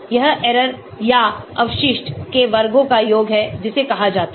यह error या अवशिष्ट के वर्गों का योग है जिसे कहा जाता है